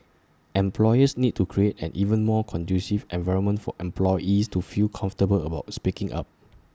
employers need to create an even more conducive environment for employees to feel comfortable about speaking up